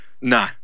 No